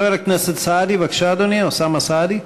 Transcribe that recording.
חבר הכנסת סעדי, בבקשה, אדוני, אוסאמה סעדי.